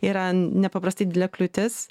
yra nepaprastai didelė kliūtis